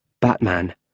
Batman